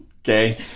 okay